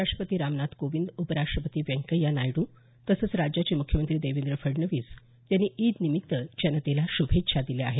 राष्ट्रपती रामनाथ कोविंद उपराष्ट्रपती व्यंकय्या नायडू तसंच राज्याचे मुख्यमंत्री देवेंद्र फडणवीस यांनी ईदनिमित्त जनतेला शुभेच्छा दिल्या आहेत